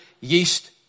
yeast